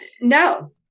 no